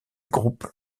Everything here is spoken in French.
groupe